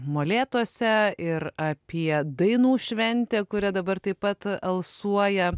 molėtuose ir apie dainų šventę kuria dabar taip pat alsuoja